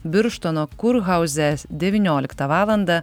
birštono kurhauze devynioliktą valandą